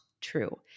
true